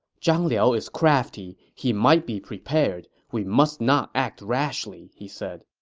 zhang liao is crafty. he might be prepared. we must not act rashly, he said